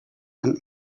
and